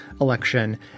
election